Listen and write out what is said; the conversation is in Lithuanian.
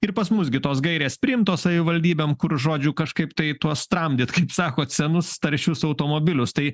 ir pas mus gi tos gairės priimtos savivaldybėm kur žodžiu kažkaip tai tuos tramdyt kaip sakot senus taršius automobilius tai